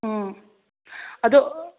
ꯎꯝ ꯑꯗꯨ